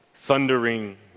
Thundering